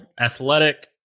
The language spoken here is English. athletic